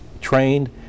trained